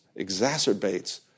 exacerbates